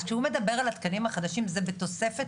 אז כשהוא מדבר על התקנים החדשים זה בתוספת